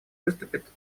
выступит